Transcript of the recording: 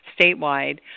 statewide